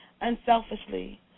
unselfishly